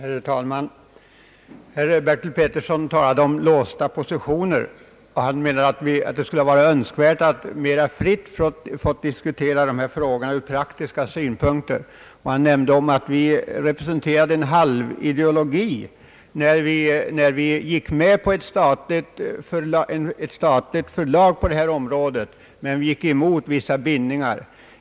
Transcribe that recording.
Herr talman! Herr Bertil Petersson talade om »låsta positioner» och menade att det skulle vara önskvärt att mera fritt få diskutera dessa frågor ur praktiska synpunkter. Han nämnde vidare att vi representerade en »halvideologi» när vi gick med på ett statligt förlag på detta område men gick emot vissa bindningar.